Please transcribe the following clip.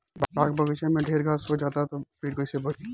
बाग बगइचा में ढेर घास हो जाता तो पेड़ कईसे बढ़ी